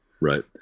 Right